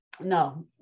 no